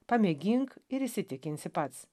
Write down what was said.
pamėgink ir įsitikinsi pats